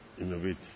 innovate